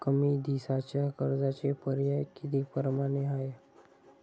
कमी दिसाच्या कर्जाचे पर्याय किती परमाने हाय?